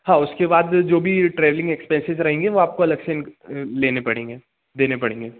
हाँ उसके बाद जो भी ट्रैवलिंग एक्सपेंसेज़ रहेंगे वह आपको अलग से लेने पड़ेंगे देने पड़ेंगे